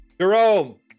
Jerome